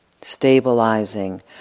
Stabilizing